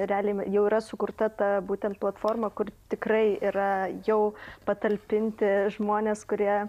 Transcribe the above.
realiai jau yra sukurta būtent platforma kur tikrai yra jau patalpinti žmonės kurie